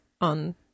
on